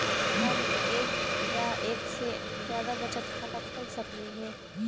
हम एक या एक से जादा बचत खाता खोल सकली हे?